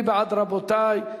מי בעד, רבותי?